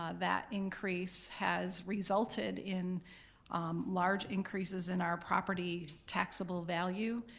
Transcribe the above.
um that increase has resulted in large increases in our property taxable value.